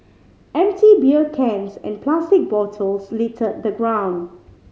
empty beer cans and plastic bottles littered the ground